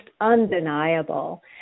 undeniable